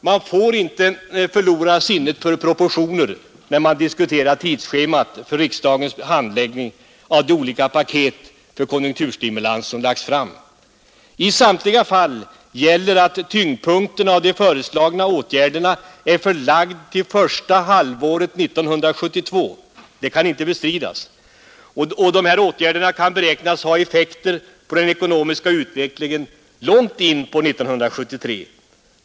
Man får inte förlora sinnet för proportioner när man diskuterar tidsschemat för riksdagens handläggning av de olika ”paket” för konjunkturstimulans som lagts fram. I samtliga fall gäller att tyngdpunkten av de föreslagna åtgärderna är förlagd till första halvåret 1972 — det kan inte bestridas. Åtgärderna kan beräknas få effekter på den ekonomiska utvecklingen långt in på år 1973.